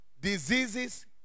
diseases